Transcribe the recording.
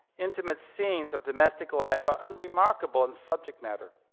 intimate scenes of domestic life are unremarkable in subject matter.